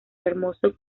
hermoso